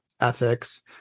ethics